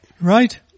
Right